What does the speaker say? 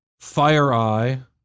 FireEye